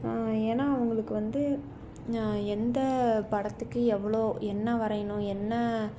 ஏன்னா அவங்களுக்கு வந்து எந்த படத்துக்கு எவ்வளோ என்ன வரையணும் என்ன